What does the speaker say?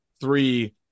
three